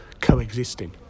coexisting